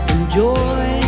Enjoy